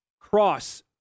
Cross